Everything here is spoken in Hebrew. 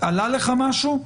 עלה לך משהו?